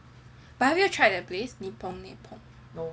but have you tried that place Nippon Nippon